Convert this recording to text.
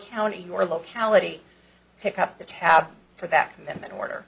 county your locality pick up the tab for that commitment order